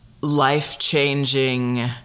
life-changing